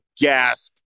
gasp